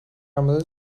مورد